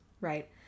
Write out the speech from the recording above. right